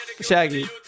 Shaggy